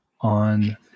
on